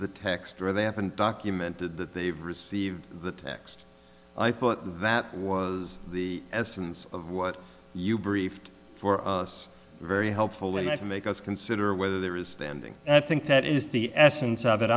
the text or they haven't documented that they've received the text i thought that was the essence of what you briefed for us very helpful way to make us consider whether there is standing i think that is the essence of it